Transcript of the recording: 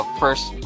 first